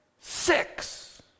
six